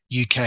UK